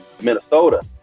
Minnesota